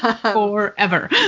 forever